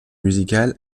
musicale